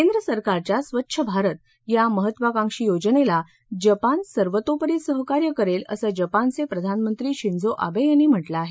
केंद्रसरकारच्या स्वच्छ भारत या महत्वाकांक्षी योजनेला जपान सर्वतोपरी सहकार्य करेल असं जपानचे प्रधानमंत्री शिंझो आबे यांनी म्हटलं आहे